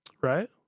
right